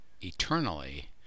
eternally